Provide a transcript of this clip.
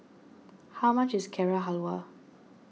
how much is Carrot Halwa